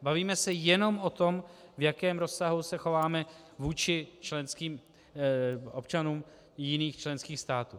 Bavíme se jenom o tom, v jakém rozsahu se chováme vůči členským občanům jiných členských států.